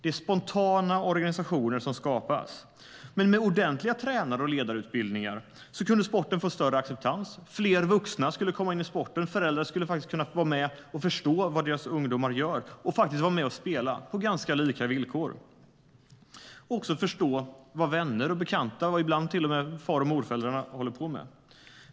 Det är spontana organisationer som skapas. Med ordentliga tränare och ledarutbildningar skulle sporten kunna få större acceptans. Fler vuxna skulle komma in i sporten. Föräldrar skulle kunna vara med och förstå vad deras ungdomar gör och vara med och spela på ganska lika villkor. De skulle också kunna förstå vad vänner, bekanta och ibland till och med far och morföräldrar håller på med.